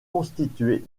constitués